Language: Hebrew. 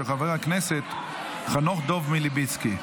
של חבר הכנסת חנוך דב מלביצקי.